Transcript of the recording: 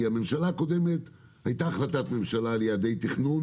בממשלה הקודמת הייתה החלטת ממשלה על יעדי תכנון